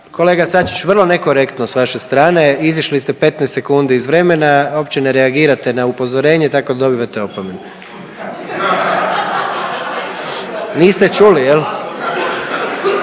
Kolega Sačić, vrlo nekorektno s vaše strane, izišli ste 15 sekundi iz vremena, opće ne reagirate na upozorenje tako da dobivate opomenu. …/Upadica